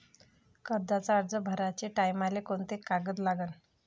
कर्जाचा अर्ज भराचे टायमाले कोंते कागद लागन?